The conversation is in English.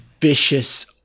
vicious